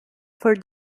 for